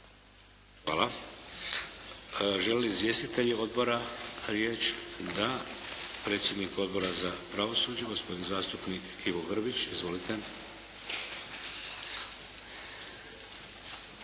Hvala. Žele li izvjestitelji odbora riječ? Da. Predsjednik Odbora za pravosuđe, gospodin zastupnik Ivo Grbić. Izvolite.